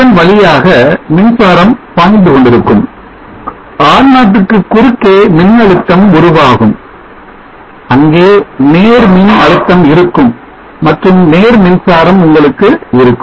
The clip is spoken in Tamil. இதன் வழியாக மின்சாரம் பாய்ந்து கொண்டிருக்கும் R0 க்கு குறுக்கே மின்னழுத்தம் உருவாகும் அங்கே நேர் மின் அழுத்தம் இருக்கும் மற்றும் நேர் மின்சாரம் உங்களுக்கு இருக்கும்